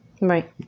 Right